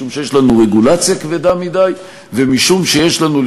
משום שיש לנו רגולציה כבדה מדי ומשום שיש לנו,